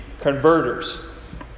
converters